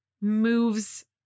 moves